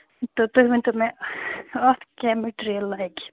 تہٕ تُہۍ ؤنۍتَو مےٚ اَتھ کیٛاہ مِٹیٖریَل لَگہِ